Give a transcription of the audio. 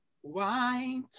white